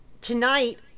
tonight